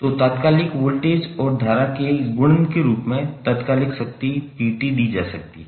तो तात्कालिक वोल्टेज और धारा के गुणन के रूप में तात्कालिक शक्ति p दी जा सकती है